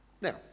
Now